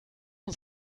uns